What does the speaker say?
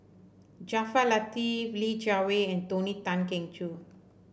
Jaafar Latiff Li Jiawei and Tony Tan Keng Joo